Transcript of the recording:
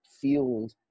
field